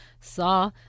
saw